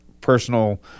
personal